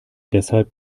deshalb